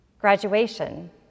Graduation